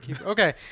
Okay